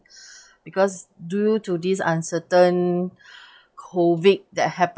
because due to these uncertain COVID that happens